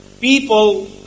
people